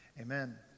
amen